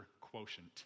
quotient